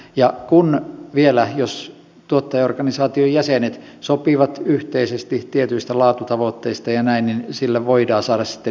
ja jos vielä tuottajaorganisaation jäsenet sopivat yhteisesti tietyistä laatutavoitteista ja näin niin sillä voidaan saada sitten lisäarvoa markkinoille